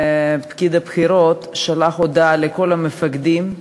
ופקיד הבחירות שלח הודעה לכל המפקדים,